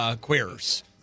queers